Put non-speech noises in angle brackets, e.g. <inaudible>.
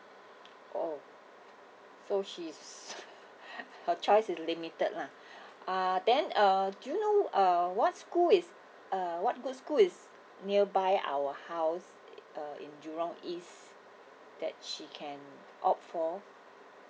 oh so she is <laughs> her choice is limited lah ah then um do you know uh what school is uh what the school is nearby our house uh in jurong east that she can opt for